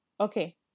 Okay